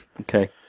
Okay